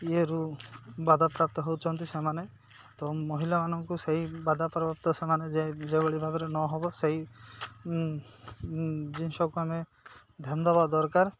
ଇଏରୁ ବାଧାପ୍ରାପ୍ତ ହେଉଛନ୍ତି ସେମାନେ ତ ମହିଳାମାନଙ୍କୁ ସେଇ ବାଧା ପ୍ରାପ୍ତ ସେମାନେ ଯେ ଯେଭଳି ଭାବରେ ନହବ ସେଇ ଜିନିଷକୁ ଆମେ ଧ୍ୟାନ ଦବା ଦରକାର